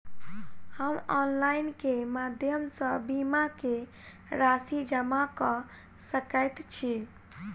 हम ऑनलाइन केँ माध्यम सँ बीमा केँ राशि जमा कऽ सकैत छी?